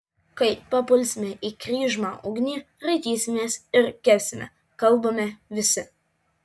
kai papulsime į kryžmą ugnį raitysimės ir kepsime kalbame visi